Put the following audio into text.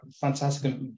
fantastic